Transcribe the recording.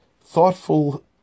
thoughtful